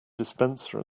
dispenser